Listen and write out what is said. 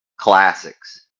classics